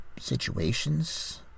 situations